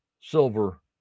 silver